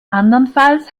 andernfalls